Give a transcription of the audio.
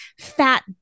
fat